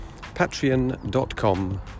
patreon.com